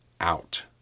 out